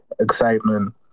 excitement